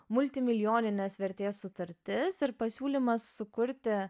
multimilijoninės vertės sutartis ir pasiūlymas sukurti